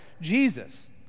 Jesus—